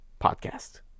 podcast